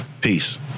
Peace